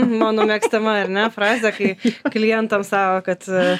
mano mėgstama ar ne frazė kai klientams sako kad